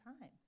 time